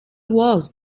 was